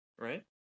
Right